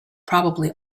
probably